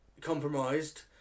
compromised